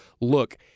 look